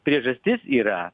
priežastis yra